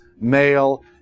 male